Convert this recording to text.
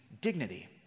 dignity